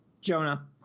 Jonah